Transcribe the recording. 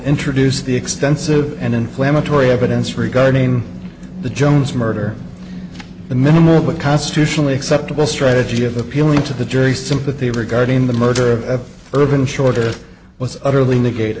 introduced the extensive and inflammatory evidence regarding the jones murder the minimally constitutionally acceptable strategy of appealing to the jury sympathy regarding the murder of an urban shorter was utterly negate